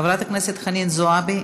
חברת הכנסת חנין זועבי,